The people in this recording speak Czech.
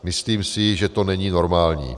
Myslím si, že to není normální.